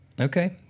Okay